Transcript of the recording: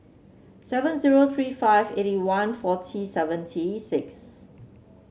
seven zero three five eighty one forty seventy six